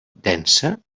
densa